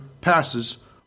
passes